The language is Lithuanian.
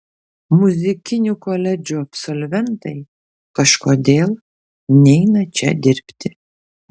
muzikinių koledžų absolventai kažkodėl neina čia dirbti